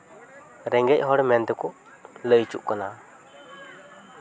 ᱨᱮᱸᱜᱮᱡ ᱦᱚᱲ ᱢᱮᱱ ᱛᱮᱠᱚ ᱞᱟᱹᱭ ᱦᱚᱪᱚᱜ ᱠᱟᱱᱟ